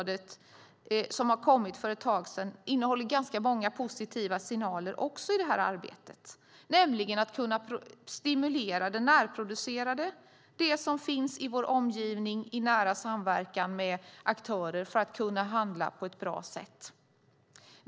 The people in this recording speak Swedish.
Den kom för ett tag sedan och innehåller ganska många positiva signaler om att stimulera det närproducerade, det som finns i vår omgivning. Det ska ske i nära samverkan mellan aktörerna för att vi ska kunna handla på ett bra sätt.